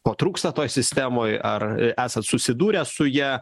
ko trūksta toj sistemoj ar esat susidūrę su ja